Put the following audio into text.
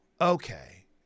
okay